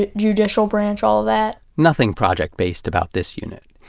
ah judicial branch, all that. nothing project-based about this unit.